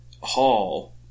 Hall